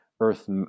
earth